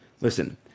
Listen